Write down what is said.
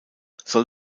soll